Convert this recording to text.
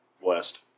west